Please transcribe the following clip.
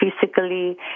physically